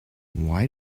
why